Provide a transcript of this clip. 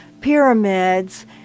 pyramids